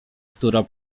która